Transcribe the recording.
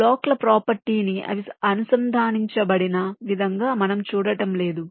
బ్లాకుల ప్రాపర్టీ ని అవి అనుసంధానించబడిన విధంగా మనము చూడటం లేదు